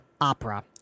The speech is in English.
opera